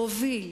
להוביל,